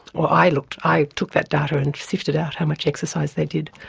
or i looked, i took that data and sifted out how much exercise they did.